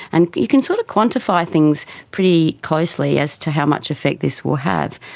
and you can sort of quantify things pretty closely as to how much effect this will have.